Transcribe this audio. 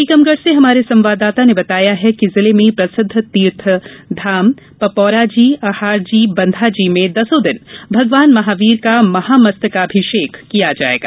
टीकमगढ़ से हमारे संवाददाता ने बताया है कि जिले में प्रसिद्व तीर्थ धाम पपौरा जी अहार जी बंधा जी में दसो दिन भगवान महावीर का महामस्तकाभिषेक किया जायेगा